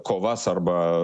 kovas arba